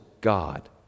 God